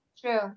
True